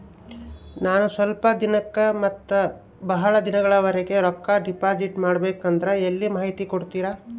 ನಾನು ಸ್ವಲ್ಪ ದಿನಕ್ಕ ಮತ್ತ ಬಹಳ ದಿನಗಳವರೆಗೆ ರೊಕ್ಕ ಡಿಪಾಸಿಟ್ ಮಾಡಬೇಕಂದ್ರ ಎಲ್ಲಿ ಮಾಹಿತಿ ಕೊಡ್ತೇರಾ?